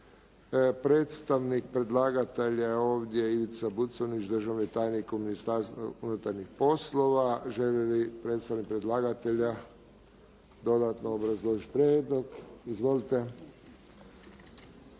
Predstavnik predlagatelja ovdje je Ivica Buconjić, državni tajnik u Ministarstvu unutarnjih poslova. Želi li predstavnik predlagatelja dodatno obrazložiti prijedlog? Izvolite,